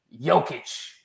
Jokic